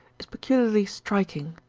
is peculiarly striking.